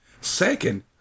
Second